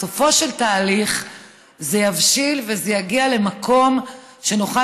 בסופו של תהליך זה יבשיל וזה יגיע למקום שנוכל